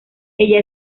ella